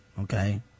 Okay